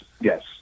yes